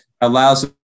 allows